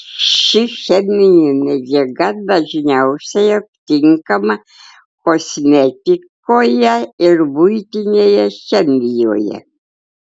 ši cheminė medžiaga dažniausiai aptinkama kosmetikoje ir buitinėje chemijoje